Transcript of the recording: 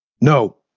No